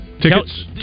Tickets